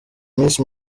miss